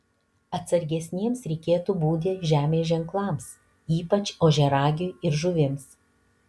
atsargesniems reikėtų būti žemės ženklams ypač ožiaragiui ir žuvims